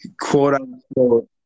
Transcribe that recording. quote-unquote